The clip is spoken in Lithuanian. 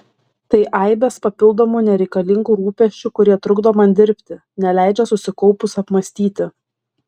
tai aibės papildomų nereikalingų rūpesčių kurie trukdo man dirbti neleidžia susikaupus apmąstyti